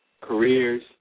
careers